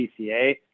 PCA